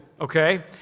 Okay